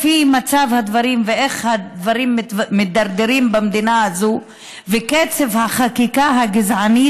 לפי מצב הדברים ואיך הדברים מידרדרים במדינה הזו וקצב החקיקה הגזענית,